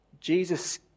Jesus